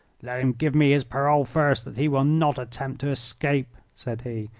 let him give me his parole first that he will not attempt to escape, said he.